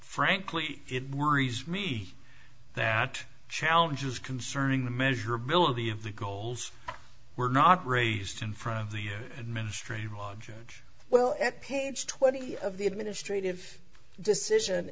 frankly it worries me that challenges concerning the measurability of the goals were not raised in front of the administrative law judge well at page twenty of the administrative decision